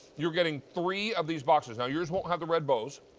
you're getting three of these boxes. yours won't have the red bows.